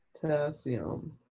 potassium